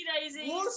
daisy